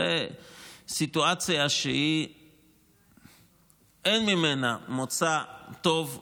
זו סיטואציה שאין ממנה מוצא טוב,